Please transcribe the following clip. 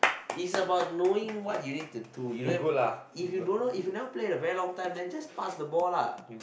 is about knowing what you need to do you don't have if you don't know if you never play in a very long time then just pass the ball lah